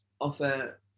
offer